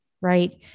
right